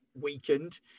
weakened